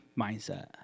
mindset